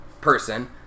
person